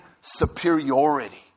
superiority